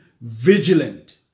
vigilant